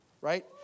Right